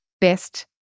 best